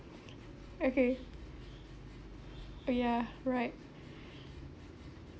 okay oh yeah right